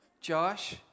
Josh